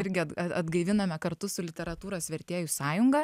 irgi at atgaiviname kartu su literatūros vertėjų sąjunga